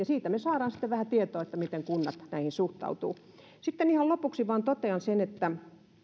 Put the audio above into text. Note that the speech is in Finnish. sitten vähän tietoa miten kunnat näihin suhtautuvat sitten ihan lopuksi vain totean sen että